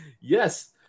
yes